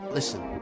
listen